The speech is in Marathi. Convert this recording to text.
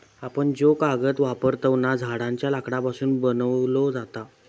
आपण जो कागद वापरतव ना, झाडांच्या लाकडापासून बनवलो जाता